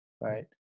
right